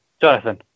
Jonathan